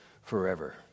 forever